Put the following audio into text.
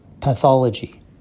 pathology